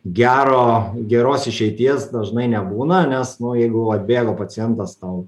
gero geros išeities dažnai nebūna nes nu jeigu atbėgo pacientas tau